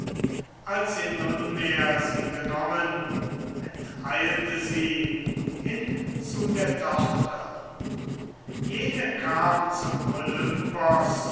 als sie nunmehr sie genommen enteilte sie hin zu der tochter jene kam zum